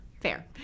fair